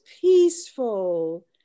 peaceful